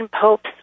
popes